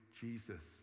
Jesus